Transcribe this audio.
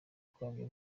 kwabyo